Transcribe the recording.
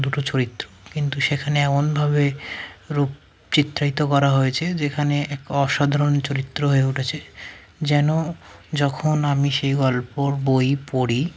দুটো চরিত্র কিন্তু সেখানে এমনভাবে রূপ চিত্রায়িত করা হয়েছে যেখানে এক অসাধারণ চরিত্র হয়ে উঠেছে যেন যখন আমি সেই গল্পর বই পড়ি